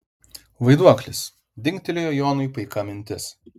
vaiduoklis dingtelėjo jonui paika mintis